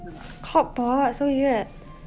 hotpot so weird